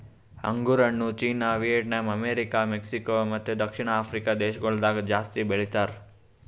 ಅಂಗುರ್ ಹಣ್ಣು China, Vietnam, America, Mexico ಮತ್ತ ದಕ್ಷಿಣ ಆಫ್ರಿಕಾ ದೇಶಗೊಳ್ದಾಗ್ ಜಾಸ್ತಿ ಬೆಳಿತಾರ್